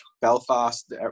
Belfast